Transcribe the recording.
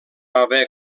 haver